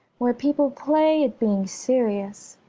where people play at being serious,